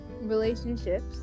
relationships